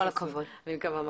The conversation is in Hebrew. אני מקווה מאוד.